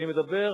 אני מדבר,